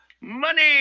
Money